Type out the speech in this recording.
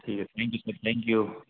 ٹھیک ہے thank you sir thank you